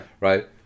Right